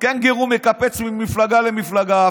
קנגורו מקפץ ממפלגה למפלגה.